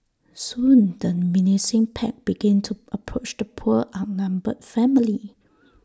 soon the menacing pack began to approach the poor outnumbered family